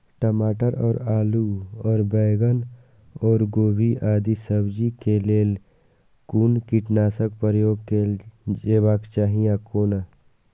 टमाटर और आलू और बैंगन और गोभी आदि सब्जी केय लेल कुन कीटनाशक प्रयोग कैल जेबाक चाहि आ कोना?